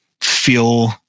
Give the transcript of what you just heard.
feel